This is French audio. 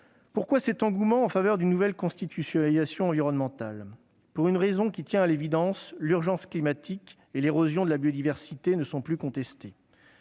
Pourquoi cet engouement en faveur d'une nouvelle constitutionnalisation environnementale ? Pour une raison qui tient à l'évidence : l'urgence climatique et l'érosion de la biodiversité ne sont plus contestées.